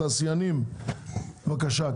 התעשיינים בבקשה.